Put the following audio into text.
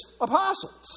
apostles